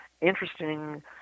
interesting